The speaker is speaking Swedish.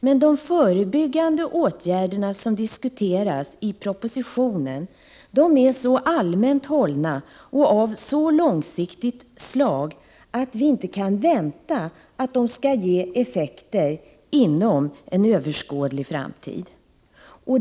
Men de förebyggande åtgärder som diskuteras i propositionen är så allmänt hållna och av så långsiktigt slag att vi inte kan förvänta att de skall ge effekter inom överskådlig framtid.